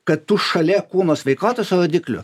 kad tu šalia kūno sveikatos rodiklių